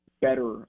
better